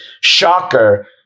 shocker